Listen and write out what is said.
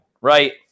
right